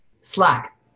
Slack